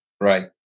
Right